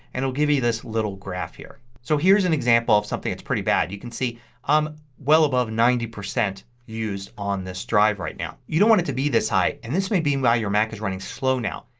and will give you this little graph here. so here's an example of something that's pretty bad. you can see i'm well above ninety percent used on this drive right now. you don't want to be this high and this may be why your mac is running slow now.